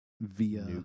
via